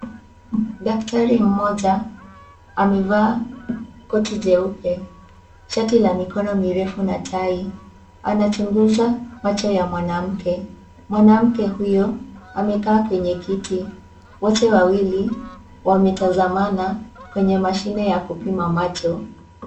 Daktari mmoja amevaa koti jeupe shati la mikono mirefu na tai anachunguza macho ya mwanamke. Mwanamke huyo amekaa kwenye kiti wote wawili wametazamana kwenye mashine ya kupima macho.